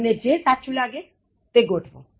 તમને જે સાચું લાગે તે ગોઠવો